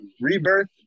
rebirth